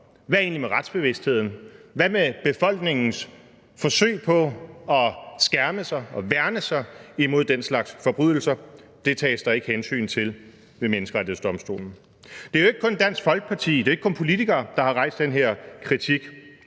med retsbevidstheden, hvad med befolkningens forsøg på at skærme sig og værne sig mod den slags forbrydelser? Det tages der ikke hensyn til ved Menneskerettighedsdomstolen. Det er jo ikke kun Dansk Folkeparti – det er jo ikke kun politikere – der har rejst den her kritik.